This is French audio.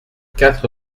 quatre